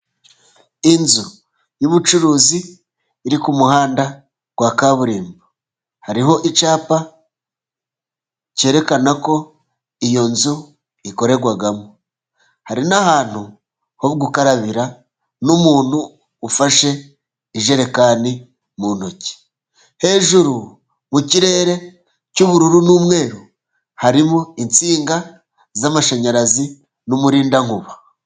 Inzu y'ubucuruzi iri ku muhanda wa kaburimbo. Hariho icyapa cyerekana ko iyo nzu ikorerwamo， hari n'ahantu ho gukarabira， n'umuntu ufashe ijerekani mu ntoki， hejuru mu kirere cy'ubururu n'umweru， harimo insinga z'amashanyarazi，n'umurindankuba.